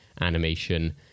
animation